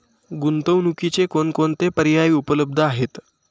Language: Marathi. गुंतवणुकीचे कोणकोणते पर्याय उपलब्ध आहेत?